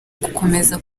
gukomeza